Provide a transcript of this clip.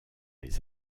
les